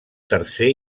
tercer